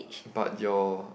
but your